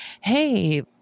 hey